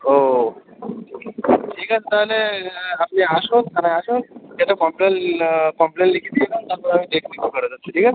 ও ঠিক আছে তালে আপনি আসুন থানায় আসুন এসে কমপ্লেন কমপ্লেন লিখে দিয়ে যান তারপরে আমি দেখছি কী করা যাচ্ছে ঠিক আছে